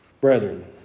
brethren